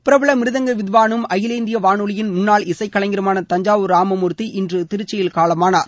பிரபல மிருதங்க வித்வானும் அகில இந்திய வானொலியின் முன்னாள் இசை கலைஞருமான தஞ்சாவூர் ராமமூர்த்தி இன்று திருச்சியில் காலமானார்